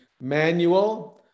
manual